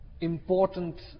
important